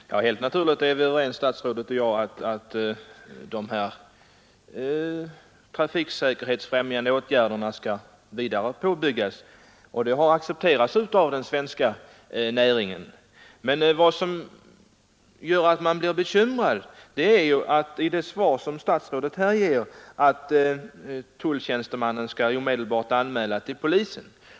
Herr talman! Helt naturligt är statsrådet och jag överens om att de trafiksäkerhetsfrämjande åtgärderna skall utbyggas ytterligare. Detta har också accepterats av den svenska trafiknäringen. Men vad som gör att man blir bekymrad är det som statsrådet i sitt svar säger om att tulltjänsteman omedelbart skall anmäla till polisen när misstanke uppstår om att ett fordon inte uppfyller trafiksäkerhetskraven.